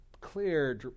clear